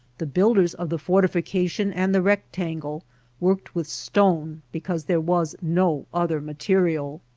the builders of the fortification and the rectangle worked with stone because there was no other material.